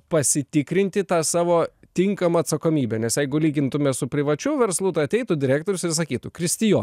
pasitikrinti tą savo tinkamą atsakomybę nes jeigu lygintume su privačiu verslu ateitų direktorius ir sakytų kristijonai